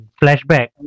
flashback